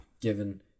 given